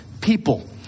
people